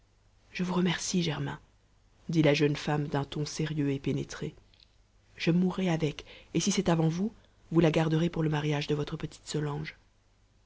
je vous remercie germain dit la jeune femme d'un ton sérieux et pénétré je mourrai avec et si c'est avant vous vous la garderez pour le mariage de votre petite solange